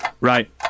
Right